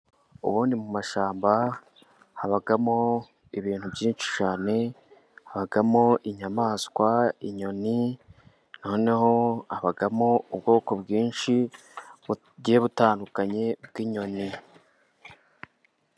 Ubundi mu mashyamba habamo ibintu byinshi cyane. Habamo inyamaswa, inyoni, noneho habamo ubwoko bwinshi bugiye butandukanye bw'inyoni.